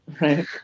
Right